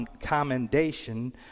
commendation